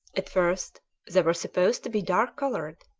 at first they were supposed to be dark coloured,